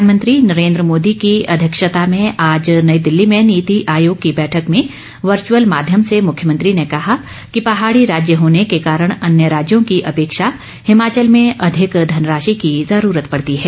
प्रधानमंत्री नरेन्द्र मोदी की अध्यक्षता में आज नई दिल्ली में हुई नीति आयोग की बैठक में वर्चुअल माध्यम से मुख्यमंत्री ने कहा कि पहाड़ी राज्य होने के कारण अन्य राज्यों की अपेक्षा हिमाचल में अधिक धनराशि की जरूरत पड़ती है